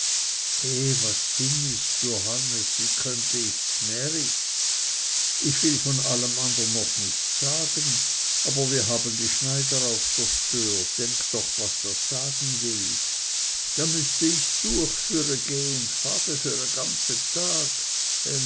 was sinnist johannes wie könnte ich zmärit ich will von allem andern noch nichts sagen aber wir haben die schneider auf der stör denk doch was das sagen will da müßte ich tuech füregä u fade für e ganze tag